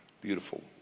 beautiful